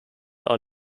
are